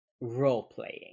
role-playing